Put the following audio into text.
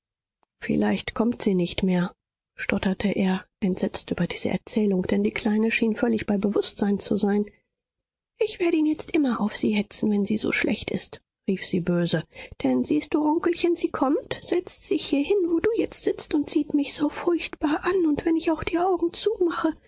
vielleicht kommt sie nicht mehr stotterte er entsetzt über diese erzählung denn die kleine schien völlig bei bewußtsein zu sein ich werde ihn jetzt immer auf sie hetzen wenn sie so schlecht ist rief sie böse denn siehst du onkelchen sie kommt setzt sich hierhin wo du jetzt sitzst und sieht mich so furchtbar an und wenn ich auch die augen zumache